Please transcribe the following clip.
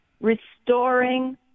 Restoring